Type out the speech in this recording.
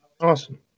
Awesome